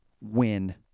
win